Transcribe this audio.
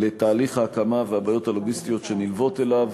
לתהליך ההקמה והבעיות הלוגיסטיות שנלוות אליו,